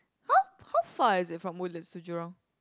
how how far is it from Woodlands to Jurong